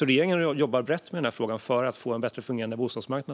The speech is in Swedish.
Regeringen jobbar brett med den här frågan för att få en bättre fungerande bostadsmarknad.